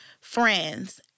friends